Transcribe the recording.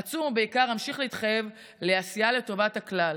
אצום, ובעיקר אמשיך להתחייב לעשייה לטובת הכלל.